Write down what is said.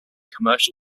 commercial